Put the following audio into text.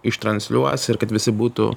ištransliuos ir kad visi būtų